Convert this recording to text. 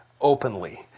openly